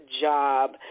job